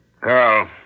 Carl